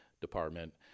department